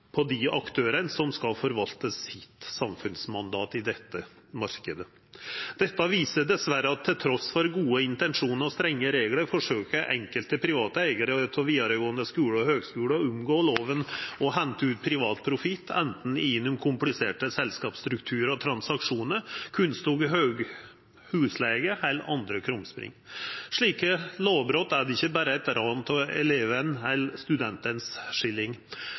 på dei aktørane som skal forvalta sitt samfunnsmandat i denne marknaden. Dette viser dessverre at trass i gode intensjonar og strenge reglar forsøkjer enkelte private eigarar av vidaregåande skular og høgskular å omgå lova og henta ut privat profitt, anten gjennom kompliserte selskapsstrukturar og transaksjonar, kunstig høg husleige eller andre krumspring. Slike lovbrot er ikkje berre eit ran av